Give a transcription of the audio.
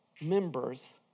Members